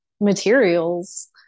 materials